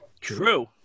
True